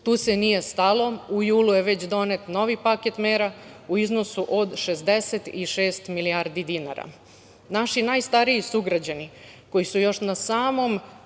Tu se nije stalo. U julu je već donet novi paket mera u iznosu od 66 milijardi dinara. Naši najstariji sugrađani, koji su još na samom